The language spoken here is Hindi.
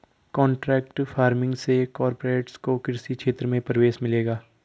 कॉन्ट्रैक्ट फार्मिंग से कॉरपोरेट्स को कृषि क्षेत्र में प्रवेश मिलेगा